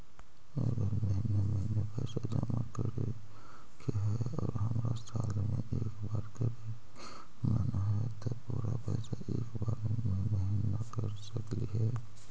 अगर महिने महिने पैसा जमा करे के है और हमरा साल में एक बार करे के मन हैं तब पुरा पैसा एक बार में महिना कर सकली हे?